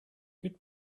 good